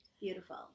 beautiful